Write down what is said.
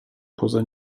poza